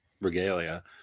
regalia